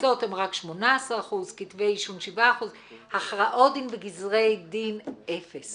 התפיסות הן רק 18%. כתבי אישום 7%. הכרעות דין בגזרי דין אפס